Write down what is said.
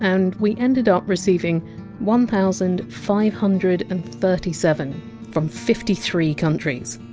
and we ended up receiving one thousand five hundred and thirty seven from fifty three countries.